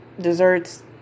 desserts